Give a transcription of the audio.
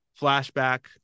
flashback